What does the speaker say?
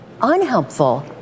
unhelpful